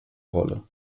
rolle